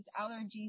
allergies